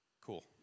cool